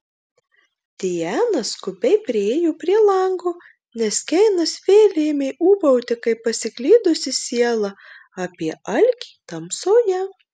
diana skubiai priėjo prie lango nes keinas vėl ėmė ūbauti kaip pasiklydusi siela apie alkį tamsoje